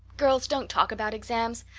girls, don't talk about exams!